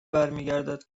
برمیگردد